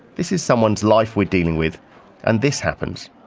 this is someone's life we're dealing with and this happens.